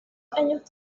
años